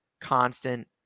constant